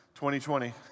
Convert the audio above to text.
2020